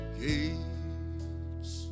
gates